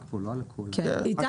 איתי,